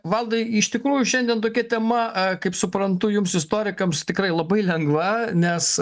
valdai iš tikrųjų šiandien tokia tema kaip suprantu jums istorikams tikrai labai lengva nes